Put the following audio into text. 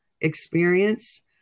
experience